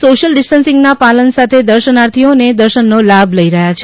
social ડિસ્ટન્સના પાલન સાથે દર્શનાર્થીઓદર્શનનો લાભ લઈ રહયા છે